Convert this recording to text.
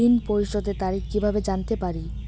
ঋণ পরিশোধের তারিখ কিভাবে জানতে পারি?